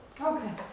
Okay